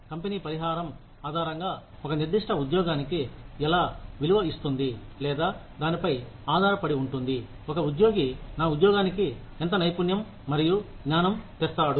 company పరిహారం ఆధారంగా ఒక నిర్దిష్ట ఉద్యోగానికి ఎలా విలువ ఇస్తుంది లేదా దానిపై ఆధారపడి ఉంటుంది ఒక ఉద్యోగి నా ఉద్యోగానికి ఎంత నైపుణ్యం మరియు జ్ఞానం తెస్తాడు